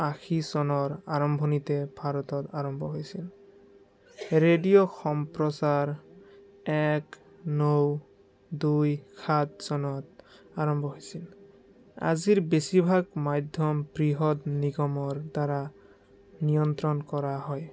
আশী চনৰ আৰম্ভণিতে ভাৰতত আৰম্ভ হৈছিল ৰেডিঅ' সম্প্ৰচাৰ এক ন দুই সাত চনত আৰম্ভ হৈছিল আজিৰ বেছিভাগ মাধ্যম বৃহৎ নিগমৰ দ্বাৰা নিয়ন্ত্ৰণ কৰা হয়